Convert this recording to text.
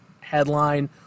headline